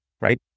right